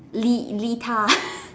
Lee Lee tah